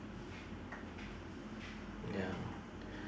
ya